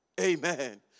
Amen